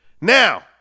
Now